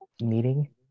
meeting